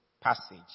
passage